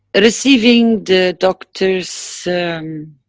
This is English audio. ah receiving the doctors.